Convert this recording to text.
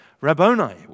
Rabboni